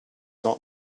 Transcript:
not